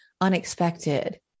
unexpected